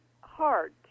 hard